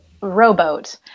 rowboat